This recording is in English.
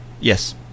Yes